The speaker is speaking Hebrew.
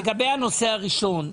לגבי הנושא הראשון,